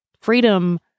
freedom